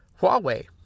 Huawei